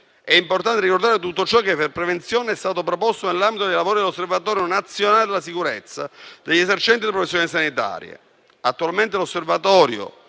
è importante ricordare tutto ciò che in materia di prevenzione è stato proposto nell'ambito dei lavori dell'Osservatorio nazionale sulla sicurezza degli esercenti le professioni sanitarie